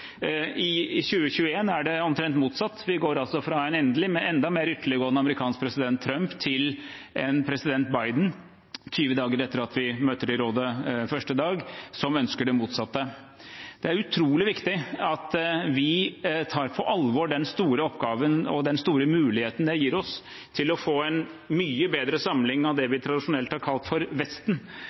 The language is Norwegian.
I 2021 er det omtrent motsatt: Vi går altså fra en enda mer ytterliggående amerikansk president, Trump, til en president Biden – 20 dager etter at vi møter i Sikkerhetsrådet første dag – som ønsker det motsatte. Det er utrolig viktig at vi tar på alvor den store oppgaven det er, og den store muligheten det gir oss til å få en mye bedre samling av det vi tradisjonelt har kalt Vesten,